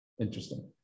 Interesting